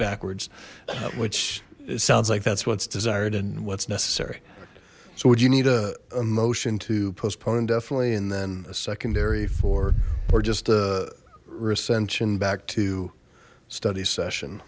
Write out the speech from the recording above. backwards which sounds like that's what's desired and what's necessary so would you need a motion to postpone indefinitely and then a secondary for or just a recension back to study session